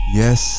yes